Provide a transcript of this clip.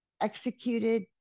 executed